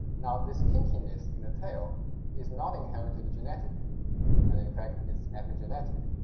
now this kinkiness in the tail is not inherited genetically and in fact it's epigenetic.